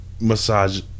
massage